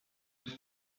when